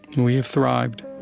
and we have thrived.